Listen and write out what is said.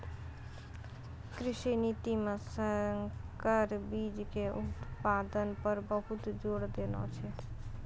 कृषि नीति मॅ संकर बीच के उत्पादन पर बहुत जोर देने छै